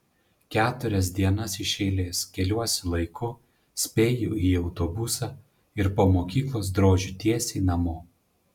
keturias dienas iš eilės keliuosi laiku spėju į autobusą ir po mokyklos drožiu tiesiai namo